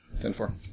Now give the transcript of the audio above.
Ten-four